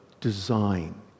design